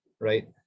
right